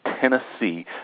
Tennessee